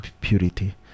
purity